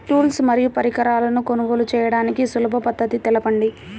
Tools మరియు పరికరాలను కొనుగోలు చేయడానికి సులభ పద్దతి తెలపండి?